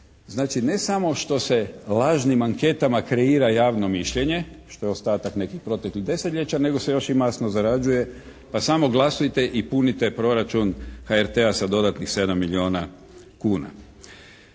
Znači, ne samo što se lažnim anketama kreira javno mišljenje, što je ostatak nekih proteklih desetljeća nego se još i masno zarađuje, pa samo glasujte i punite proračun HRT-a sa dodatnih 7 milijuna kuna.